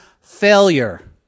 failure